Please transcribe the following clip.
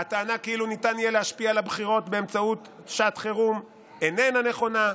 והטענה שניתן יהיה להשפיע על הבחירות באמצעות שעת חירום איננה נכונה.